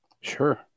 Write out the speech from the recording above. Sure